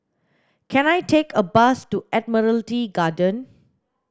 can I take a bus to Admiralty Garden